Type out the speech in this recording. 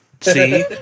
See